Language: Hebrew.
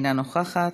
אינה נוכחת,